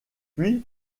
puis